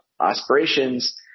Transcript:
aspirations